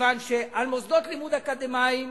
מכיוון שעל מוסדות לימוד אקדמיים